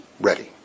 ready